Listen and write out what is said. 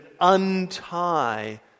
untie